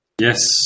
Yes